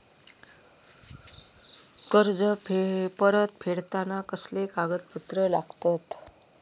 कर्ज परत फेडताना कसले कागदपत्र लागतत?